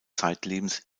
zeitlebens